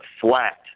flat